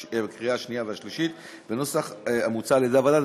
שנייה ובקריאה שלישית בנוסח המוצע על-ידי הוועדה.